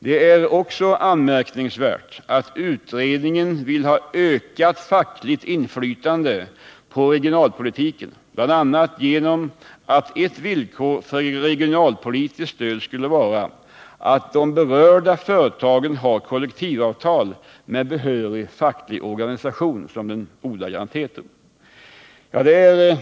Det är också anmärkningsvärt att utredningen vill ha ökat fackligt inflytande på regionalpolitiken, bl.a. genom att ett villkor för regionalpolitiskt stöd skulle vara att berörda företag har kollektivavtal med behörig facklig organisation, som det ordagrant heter.